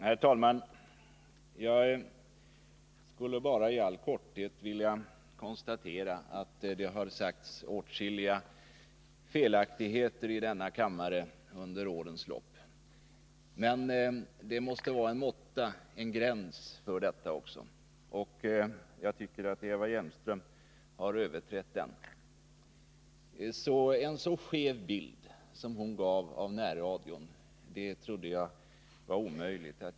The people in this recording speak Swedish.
Herr talman! Jag skulle bara i all korthet vilja konstatera att det har sagts åtskilliga felaktigheter i denna kammare under årens lopp. Men det måste finnas en gräns för detta, och jag tycker att Eva Hjelmström har överträtt den. En så skev bild som hon gav av närradion trodde jag att det var omöjligt att ge.